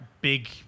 big